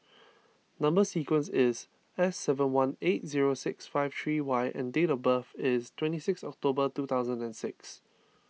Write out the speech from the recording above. Number Sequence is S seven one eight zero six five three Y and date of birth is twenty six October two thousand and six